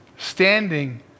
Standing